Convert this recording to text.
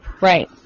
Right